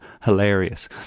hilarious